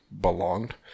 belonged